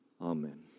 amen